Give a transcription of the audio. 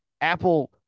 Apple